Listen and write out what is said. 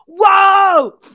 Whoa